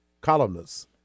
columnists